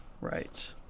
right